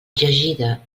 llegida